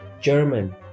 German